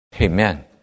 Amen